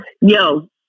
yo